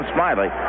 Smiley